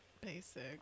Basic